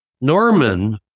Norman